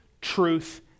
truth